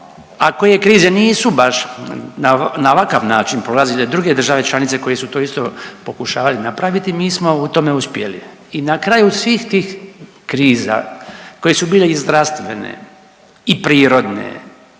koje krize nisu baš na ovakav način prolazile druge države članice koje su to isto pokušavali napraviti mi smo u tome uspjeli. I na kraju svih tih kriza koje su bile i zdravstvene i prirodne